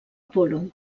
polo